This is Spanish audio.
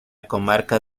comarca